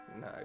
No